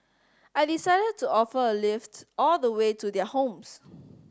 I decided to offer a lift all the way to their homes